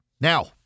Now